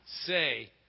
say